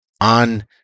on